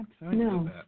No